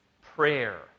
prayer